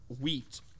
wheat